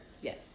Yes